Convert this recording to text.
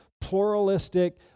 pluralistic